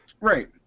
Right